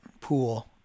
pool